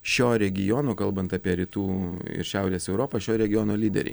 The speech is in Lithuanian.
šio regiono kalbant apie rytų ir šiaurės europą šio regiono lyderiai